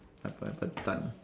I've ever done